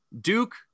Duke